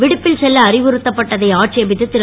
விடுப்பில் செல்ல அறிவுறுத்தப்பட்டதை ஆட்சேபித்து திரு